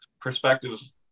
perspectives